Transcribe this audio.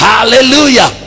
Hallelujah